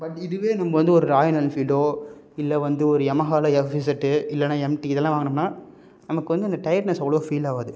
but இதுவே நம்ம வந்து ஒரு ராயல் என்ஃபீல்டோ இல்லை வந்து ஒரு யமஹாவில் எஃப் இசெட்டு இல்லைனா எம் டி இதெல்லாம் வாங்கினோம்னா நமக்கு வந்து அந்த டயர்ட்னஸ் அவ்வளோ ஃபீல் ஆகாது